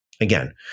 Again